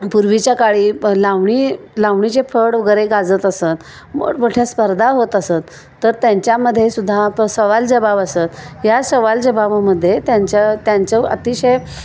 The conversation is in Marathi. पूर्वीच्या काळी लावणी लावणीचे फड वगरे गजत असत मोठमोठ्या स्पर्धा होत असत तर त्यांच्यामध्येे सुुद्धा सवाल जबाब असत या सवाल जबाबामद्दे त्यांच्या त्यांच अतिशय